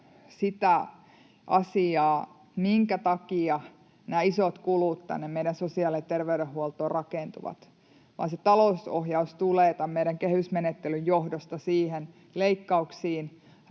sitä asiaa, minkä takia nämä isot kulut tänne meidän sosiaali- ja terveydenhuoltoon rakentuvat, vaan se talousohjaus tulee tämän meidän kehysmenettelyn johdosta näihin leikkauksiin,